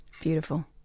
beautiful